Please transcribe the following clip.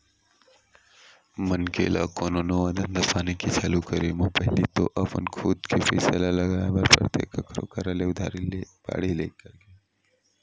मनखे ल कोनो नवा धंधापानी के चालू करे म पहिली तो अपन खुद के पइसा ल लगाय बर परथे कखरो करा ले उधारी बाड़ही करके